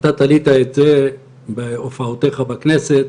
אתה תלית את זה בהופעותיך בכנסת